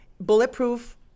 Bulletproof